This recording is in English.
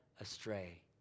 astray